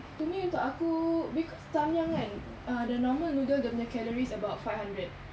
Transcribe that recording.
to me untuk aku because Samyang kan uh the normal noodles dia punya calories about five hundred